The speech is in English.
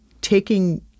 taking –